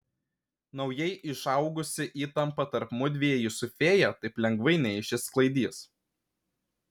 naujai išaugusi įtampa tarp mudviejų su fėja taip lengvai neišsisklaidys